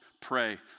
pray